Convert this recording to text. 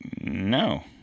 no